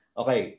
okay